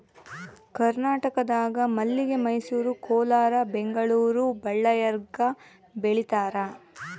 ಕರ್ನಾಟಕದಾಗ ಮಲ್ಲಿಗೆ ಮೈಸೂರು ಕೋಲಾರ ಬೆಂಗಳೂರು ಬಳ್ಳಾರ್ಯಾಗ ಬೆಳೀತಾರ